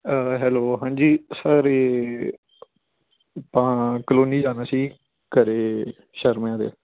hello ਹਾਂਜੀ sir ਇਹ ਆਪਾਂ ਕਲੋਨੀ ਜਾਣਾ ਸੀ ਘਰ ਸ਼ਰਮਿਆਂ ਦੇ